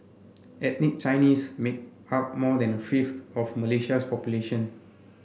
ethnic Chinese make up more than a fifth of Malaysia's population